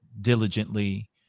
diligently